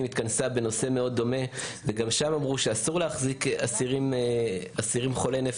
בנושא: בידוד אסירים כתוצאה ממסוכנות הנגרמת עקב מצבם